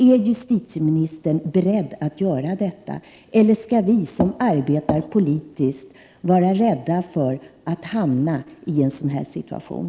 Är justitieministern beredd att göra detta, eller skall vi som arbetar politiskt behöva vara rädda för att hamna i en sådan här situation?